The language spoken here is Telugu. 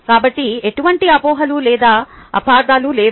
కాబట్టి ఎటువంటి అపోహలు లేదా అపార్థాలు లేవు